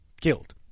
killed